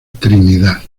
trinidad